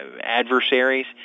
adversaries